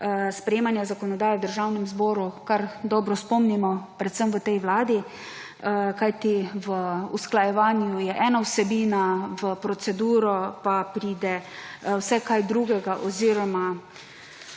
sprejemanja zakonodaje v Državnem zboru kar dobro spomnimo predvsem v tej vladi, kajti v usklajevanju je ena vsebina, v proceduro pa pride vse kaj drugega – ozirom